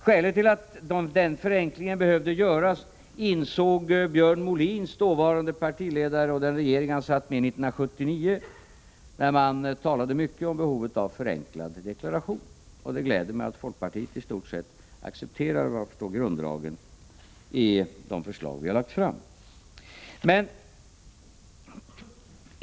Skälet till att den förenklingen behövde göras insåg Björn Molins dåvarande partiledare och den regering han satt med i 1979. Då talades det mycket om behovet av förenklad deklaration. Det gläder mig att folkpartiet såvitt jag förstår accepterar grunddragen i det förslag vi har lagt fram.